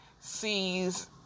sees